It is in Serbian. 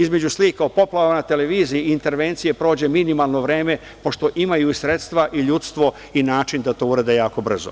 Između slika o poplavama na televiziji i intervencije, prođe minimalno vreme, pošto imaju sredstva i ljudstvo i način da to urade jako brzo.